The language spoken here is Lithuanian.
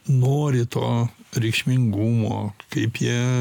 nori to reikšmingumo kaip jie